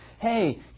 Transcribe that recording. Hey